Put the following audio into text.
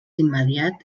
immediat